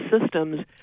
systems